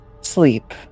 sleep